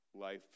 life